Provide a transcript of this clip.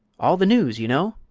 all the news, you know.